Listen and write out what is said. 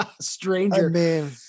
stranger